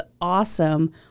awesome